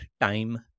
time